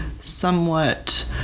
somewhat